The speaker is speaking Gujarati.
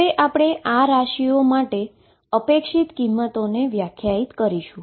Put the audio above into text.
હવે આપણે આ ક્વોન્ટીટી માટે પણ એક્સપેક્ટેશન વેલ્યુને વ્યાખ્યાયિત કરશુ